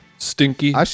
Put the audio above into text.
Stinky